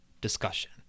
discussion